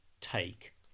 take